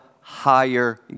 higher